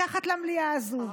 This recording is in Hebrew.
מתחת למליאה הזו.